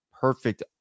perfect